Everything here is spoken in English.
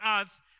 earth